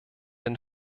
den